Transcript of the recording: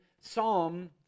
Psalm